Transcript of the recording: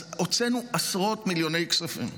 אז הוצאנו עשרות מיליוני כספים.